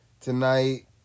Tonight